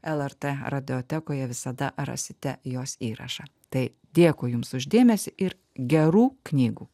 lrt radiotekoje visada rasite jos įrašą tai dėkui jums už dėmesį ir gerų knygų